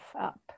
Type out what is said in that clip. up